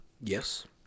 Yes